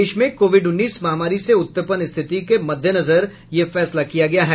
देश में कोविड उन्नीस महामारी से उत्पन्न स्थिति के मद्देनजर यह फैसला किया गया है